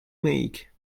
make